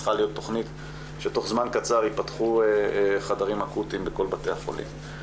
צריכה להיות תכנית שתוך זמן קצר ייפתחו חדרים אקוטיים בכל בתי החולים.